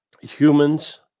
humans